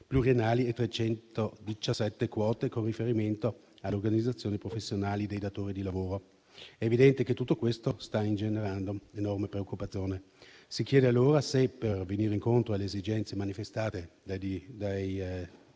pluriennali e 317 quote con riferimento alle organizzazioni professionali dei datori di lavoro. È evidente che tutto questo sta ingenerando enorme preoccupazione. Si chiede allora se, per venire incontro alle esigenze manifestate dai